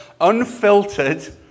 unfiltered